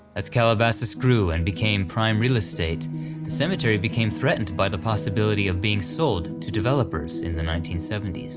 as calabasas grew and became prime real estate the cemetery became threatened by the possibility of being sold to developers in the nineteen seventy s.